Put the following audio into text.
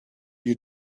you